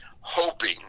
hoping